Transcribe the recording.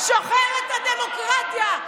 שוחרת הדמוקרטיה.